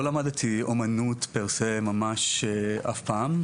לא למדתי אמנות אף פעם,